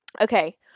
Okay